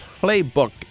Playbook